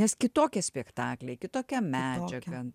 nes kitokie spektakliai kitokia medžiaga